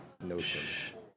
notion